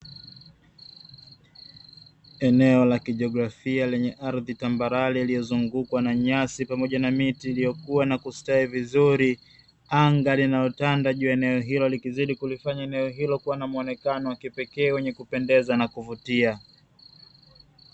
Eneo la kijiografia lenye ardhi tambarare iliyozungukwa na nyasi pamoja na miti iliyokua na kustawi vizuri, anga linalotanda juu ya eneo hilo likizidi kulifanya eneo hilo kua na muonekano wa kipekee wenye kupendeza na kuvutia.